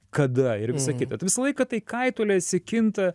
kada ir visa kita tai visą laiką tai kaitaliojasi kinta